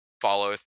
follow